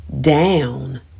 down